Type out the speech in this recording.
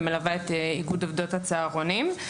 ומלווה את איגוד הצהרונים,